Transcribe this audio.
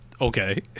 okay